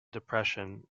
depression